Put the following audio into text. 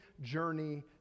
journey